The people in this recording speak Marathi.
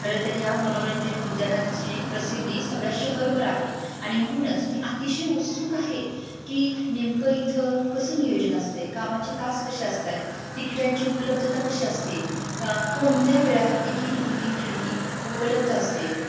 खरंतर या मनोरंजन उद्यानाची प्रसिद्धी सगळ्या शहरभर आहे आणि म्हणूनच मी अतिशय उत्सुक आहे की नेमकं इथं कसं नियोजन असतंय कामाचे तास कसे असतायत तिकीटांची उपलब्धता कशी असते कोणत्या वेळात तिकीट बुकिंग खिडकी उपलब्ध असते